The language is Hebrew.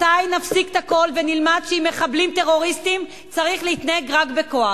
מתי נפסיק את הכול ונלמד שעם מחבלים וטרוריסטים צריך להתנהג רק בכוח?